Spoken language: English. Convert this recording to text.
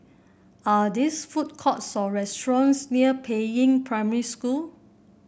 are these food courts or restaurants near Peiying Primary School